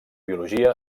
biologia